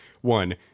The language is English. one